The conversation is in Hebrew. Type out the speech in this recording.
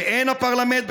// ואין הפרלמנט,